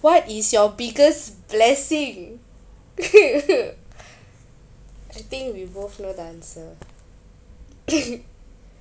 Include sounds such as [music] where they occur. what is your biggest blessing [laughs] I think we both know the answer [coughs]